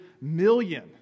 million